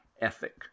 ethic